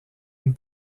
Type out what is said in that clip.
une